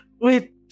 wait